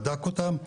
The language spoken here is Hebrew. בדק אותם,